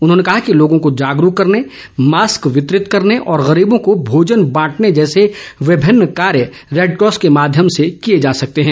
उन्होंने कहा कि लोगों को जागरूक करने मास्क वितरित करने और गरीबों को भोजन बांटने जैसे विभिन्न कार्य रैडक्रॉस के माध्यम से किए जा सकते हैं